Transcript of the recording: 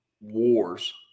wars